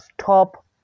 stop